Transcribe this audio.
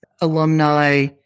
alumni